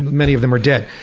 many of them are dead.